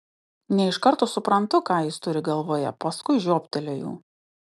ne iš karto suprantu ką jis turi galvoje paskui žioptelėjau